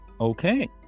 Okay